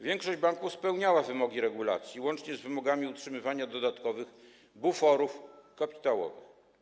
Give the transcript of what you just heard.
Większość banków spełniała wymogi regulacji, łącznie z wymogami utrzymywania dodatkowych buforów kapitałowych.